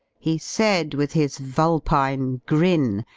he said, with his vulpine grin,